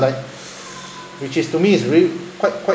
like which is to me is really quite quite